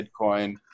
Bitcoin